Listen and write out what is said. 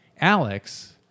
alex